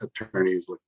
attorneys